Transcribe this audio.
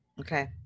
Okay